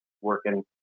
working